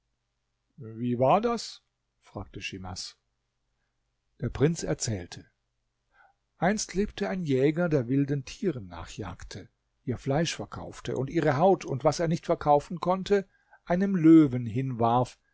wie war das fragte schimas der prinz erzählte einst lebte ein jäger der wilden tieren nachjagte ihr fleisch verkaufte und ihre haut und was er nicht verkaufen konnte einem löwen hinwarf